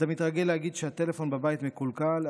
אתה מתרגל להגיד שהטלפון בבית מקולקל,